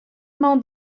mañ